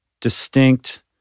distinct